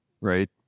right